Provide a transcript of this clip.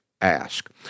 ask